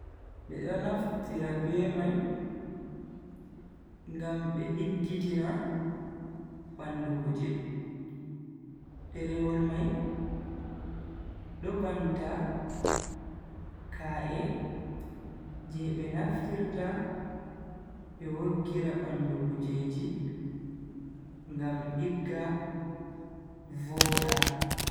Bedo naftire be mai ngam be diggitina bandu kuje. Derewol mai do banta ka'e je be naftirta be woggira bandu kujeji ngam digga vooda.